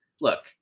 look